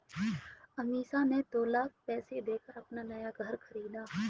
अमीषा ने दो लाख पैसे देकर अपना नया घर खरीदा